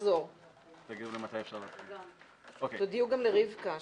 גם היועצת המשפטית,